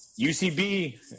UCB